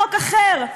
חוק אחר,